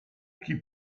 chi